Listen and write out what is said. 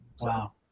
Wow